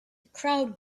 crowd